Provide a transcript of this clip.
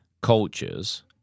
cultures